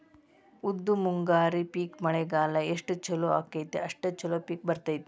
ಉದ್ದು ಮುಂಗಾರಿ ಪಿಕ್ ಮಳಿಗಾಲ ಎಷ್ಟ ಚಲೋ ಅಕೈತಿ ಅಷ್ಟ ಚಲೋ ಪಿಕ್ ಬರ್ತೈತಿ